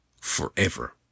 forever